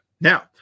Now